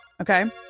Okay